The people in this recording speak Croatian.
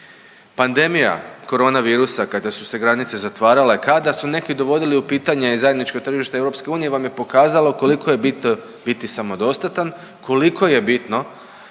Pandemija corona virusa kada su se granice zatvarale, kada su neki dovodili u pitanje i zajedničko tržište EU vam je pokazalo koliko je bit biti samodostatan, koliko je bitno